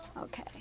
Okay